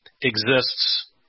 exists